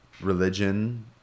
Religion